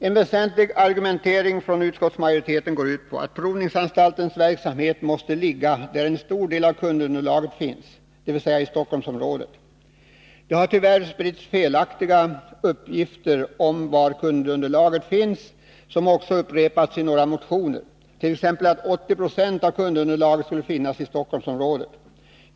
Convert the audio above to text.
En väsentlig argumentering från utskottsmajoriteten går ut på att provningsanstaltens verksamhet måste ligga där en stor del av kundunderlaget finns, dvs. i Stockholmsområdet. Det har tyvärr spritts felaktiga uppgifter om var kundunderlaget finns. Dessa har också upprepats i några motioner. Det sägs t.ex. att 80 20 av kundunderlaget skulle finnas i Stockholmsområdet.